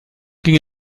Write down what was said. ging